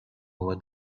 over